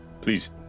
please